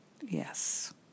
Yes